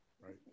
right